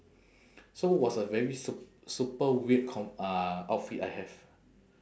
so was a very sup~ super weird com~ uh outfit I have